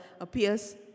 appears